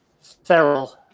Feral